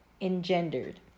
engendered